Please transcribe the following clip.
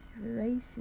races